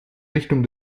richtung